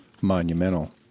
monumental